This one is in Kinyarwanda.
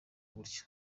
gutyo